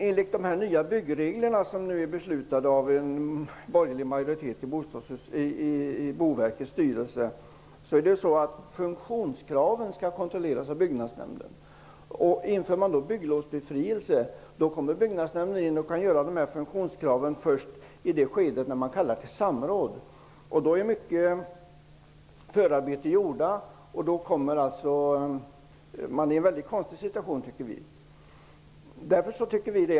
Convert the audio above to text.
Enligt de nya byggregler som är beslutade av en borgerlig majoritet i Boverkets styrelse skall funktionskraven kontrolleras av byggnadsnämnder. Införs bygglovsbefrielse kommer byggnadsnämnden att granska kraven först i det skede då man kallar till samråd. Mycket av förarbetet är då gjort, och man kommer i en väldigt konstig situation.